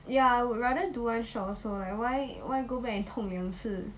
ya I would rather do one shot also like why why go back and 痛两次